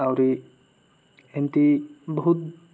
ଆହୁରି ଏମିତି ବହୁତ